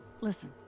Listen